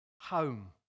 home